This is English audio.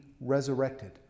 resurrected